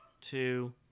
Two